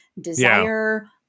desire